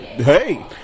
Hey